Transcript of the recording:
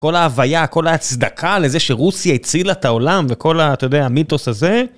כל ההוויה, כל ההצדקה לזה שרוסיה הצילה את העולם וכל, אתה יודע, המיתוס הזה.